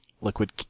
Liquid